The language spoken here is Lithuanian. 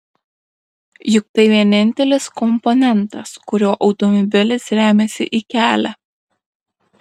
juk tai vienintelis komponentas kuriuo automobilis remiasi į kelią